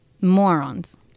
Morons